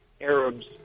Arabs